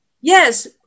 yes